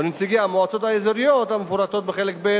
ונציגי המועצות האזוריות המפורטות בחלק ב'